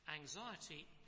anxiety